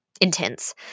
intense